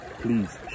please